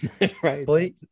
Right